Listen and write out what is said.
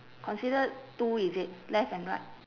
considered two is it left and right